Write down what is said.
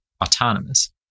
autonomous